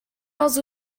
dels